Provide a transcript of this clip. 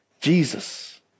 Jesus